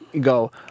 go